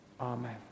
Amen